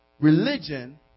Religion